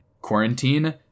quarantine